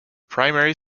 primary